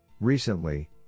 Recently